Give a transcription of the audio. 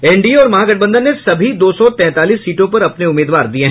NDA और महागठबंधन ने सभी दो सो तैंतालीस सीटों पर अपने उम्मीदवार दिये